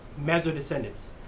Mesodescendants